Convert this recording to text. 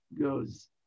goes